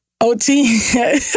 OT